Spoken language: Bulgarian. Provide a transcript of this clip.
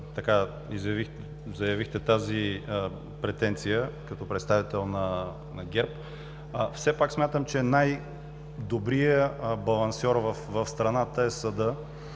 също заявихте тази претенция като представител на ГЕРБ. Все пак смятам, че най-добрият балансьор в страната е съдът